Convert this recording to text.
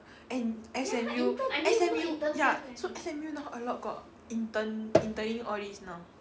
and S_M_U S_M_U ya so S_M_U now a lot got intern interning all these now